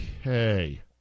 okay